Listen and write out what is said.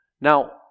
Now